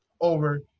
over